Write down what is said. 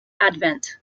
advent